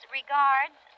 regards